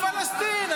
מה זה פלסטין?